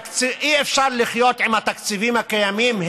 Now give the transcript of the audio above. אי-אפשר לחיות עם התקציבים הקיימים,